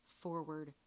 forward